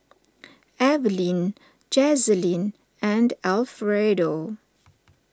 Evaline Jazlyn and Alfredo